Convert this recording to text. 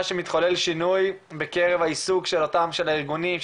שמתחולל שינוי בקרב העיסוק של הארגונים,